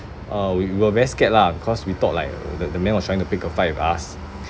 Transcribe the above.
uh we were very scared lah cause we thought like the the man was trying to pick a fight with us